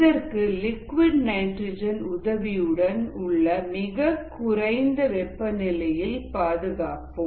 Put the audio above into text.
இதற்கு liquid nitrogen உதவியுடன் உள்ள மிக குறைந்த வெப்பநிலையில் பாதுகாப்போம்